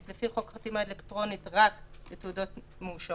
לפי חוק חתימה אלקטרונית רק לתעודות מאושרות.